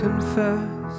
Confess